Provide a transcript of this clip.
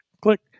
click